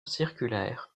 circulaire